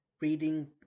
reading